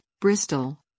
Bristol